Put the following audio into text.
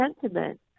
sentiment